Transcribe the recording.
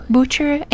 Butcher